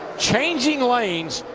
changing lanes,